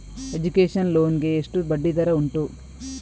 Education loan ಗೆ ಎಷ್ಟು ಬಡ್ಡಿ ದರ ಉಂಟು?